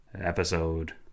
episode